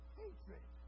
hatred